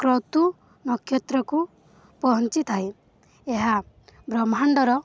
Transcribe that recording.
କ୍ରତୁ ନକ୍ଷତ୍ରକୁ ପହଞ୍ଚିଥାଏ ଏହା ବ୍ରହ୍ମାଣ୍ଡର